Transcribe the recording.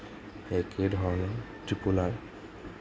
সেই একেধৰণৰ ত্ৰিপল আৰ